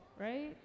right